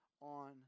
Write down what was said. on